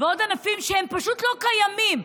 ועוד ענפים, שהם פשוט לא קיימים.